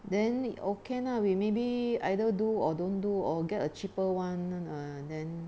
then okay lah we maybe either do or don't do or get a cheaper [one] ah then